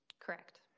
Correct